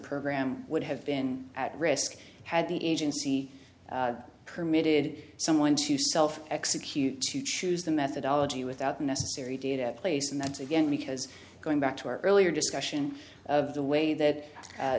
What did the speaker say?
program would have been at risk had the agency permitted someone to self execute to choose the methodology without the necessary data place and that's again because going back to our earlier discussion of the way that